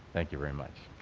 thank you very much.